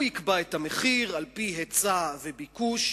הוא יקבע את המחיר על-פי היצע וביקוש.